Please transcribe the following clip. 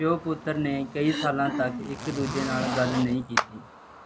ਪਿਉ ਪੁੱਤਰ ਨੇ ਕਈ ਸਾਲਾਂ ਤੱਕ ਇੱਕ ਦੂਜੇ ਨਾਲ ਗੱਲ ਨਹੀਂ ਕੀਤੀ